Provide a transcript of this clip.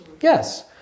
Yes